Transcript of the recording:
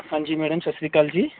ਹਾਂਜੀ ਮੈਡਮ ਸਤਿ ਸ਼੍ਰੀ ਅਕਾਲ ਜੀ